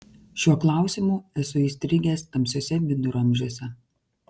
šiuo klausimu esu įstrigęs tamsiuose viduramžiuose